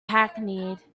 hackneyed